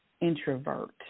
introvert